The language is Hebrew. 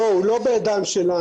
לא, הוא לא בידיים שלנו.